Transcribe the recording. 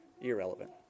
irrelevant